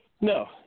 No